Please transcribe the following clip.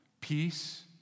peace